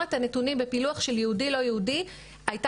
מסירת הנתונים בפילוח של יהודי לא יהודי היתה